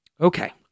Okay